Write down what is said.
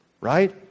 Right